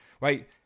Right